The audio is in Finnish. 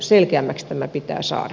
selkeämmäksi tämä pitää saada